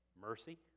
mercy